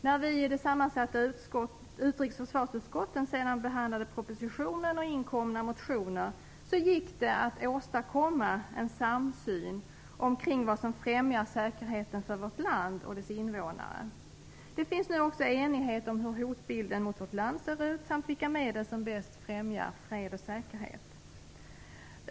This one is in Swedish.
När vi i det sammansatta utrikes och försvarsutskottet sedan behandlade propositionen och inkomna motioner gick det att åstadkomma en samsyn omkring vad som främjar säkerheten för vårt land och dess innevånare. Det finns nu också enighet om hur hotbilden mot vårt land ser ut samt vilka medel som bäst främjar fred och säkerhet.